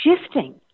shifting